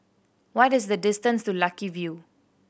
what is the distance to Lucky View